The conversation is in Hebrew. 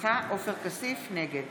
נגד